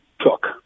took